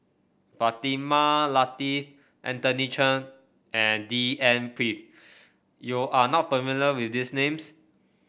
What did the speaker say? Fatimah Lateef Anthony Chen and D N Pritt you are not familiar with these names